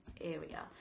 area